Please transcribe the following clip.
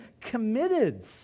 committed